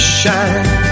shine